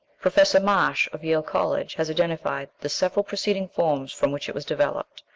professor marsh, of yale college, has identified the several preceding forms from which it was developed,